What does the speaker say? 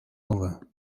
nowe